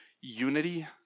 unity